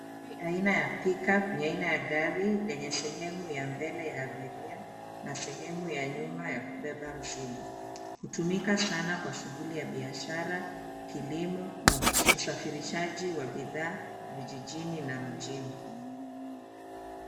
Gari aina ya pick-up ni aina ya gari lenye sehemu ya mbele ya abiria na sehemu ya nyuma ya kubeba mzigo. Hutumika sana kwa shughuli ya biashara, kilimo na usafirishaji wa bidhaa vijijini na mjini.